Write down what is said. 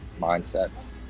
mindsets